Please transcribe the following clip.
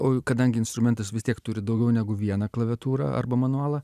o kadangi instrumentas vis tiek turi daugiau negu vieną klaviatūrą arba manualą